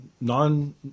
non